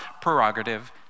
prerogative